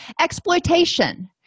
Exploitation